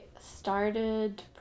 started